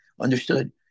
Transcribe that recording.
understood